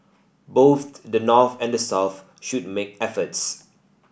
both the North and the South should make efforts